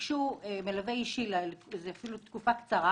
ביקשו מלווה אישי ומדובר בתקופה קצרה